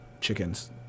chickens